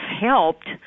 helped